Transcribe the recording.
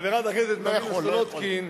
חברת הכנסת מרינה סולודקין,